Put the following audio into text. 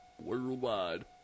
Worldwide